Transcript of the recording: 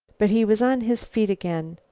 but he was on his feet again.